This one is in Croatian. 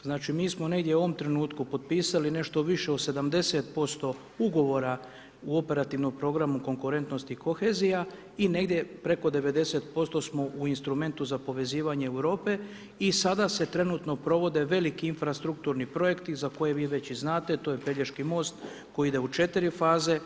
Što znači, mi smo negdje u ovom trenutku potpisali nešto više od 70% Ugovora u operativnom programu konkurentnosti i kohezija i negdje preko 90% smo u instrumentu za povezivanje Europe i sada se trenutno provode veliki infrastrukturni projekti za koje vi već i znate, to je Pelješki most, koji ide u 4 faze,